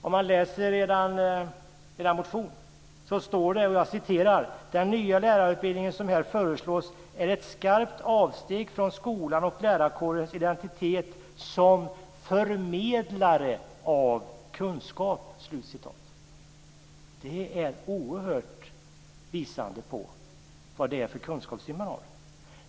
Om man läser er motion kan man läsa: Den nya lärarutbildningen som här föreslås är ett skarpt avsteg från skolans och lärarkårens identitet som förmedlare av kunskap. Detta visar oerhört tydligt vad det är för kunskapssyn ni har.